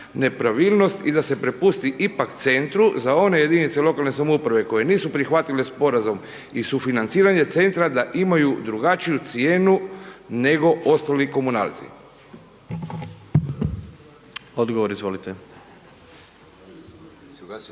nepravilnost i da se prepusti ipak centru za one jedinice lokalne samouprave koje nisu prihvatile sporazum i sufinanciranje centra da imaju drugačiju cijenu nego ostali komunalci.